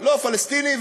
לא פלסטיני,